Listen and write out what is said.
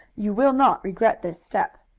you will not regret this step.